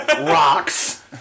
Rocks